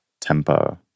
tempo